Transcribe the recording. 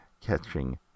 catching